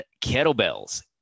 kettlebells